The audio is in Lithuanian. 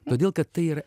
todėl kad tai yra